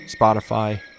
Spotify